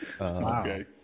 Okay